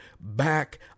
back